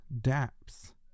depths